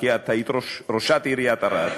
כי את היית ראשת עיריית ערד.